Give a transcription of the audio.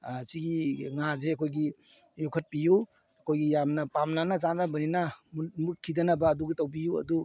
ꯁꯤꯒꯤ ꯉꯥꯁꯦ ꯑꯩꯈꯣꯏꯒꯤ ꯌꯣꯛꯈꯠꯄꯤꯎ ꯑꯩꯈꯣꯏꯒꯤ ꯌꯥꯝꯅ ꯄꯥꯝꯅꯅ ꯆꯥꯅꯕꯅꯤꯅ ꯃꯨꯠꯈꯤꯗꯅꯕ ꯑꯗꯨꯒꯤ ꯇꯧꯕꯤꯎ ꯑꯗꯨ